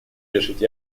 решить